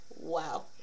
wow